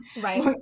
Right